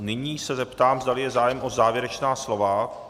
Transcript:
Nyní se zeptám, zdali je zájem o závěrečná slova.